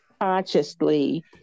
consciously